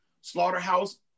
slaughterhouse